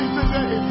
today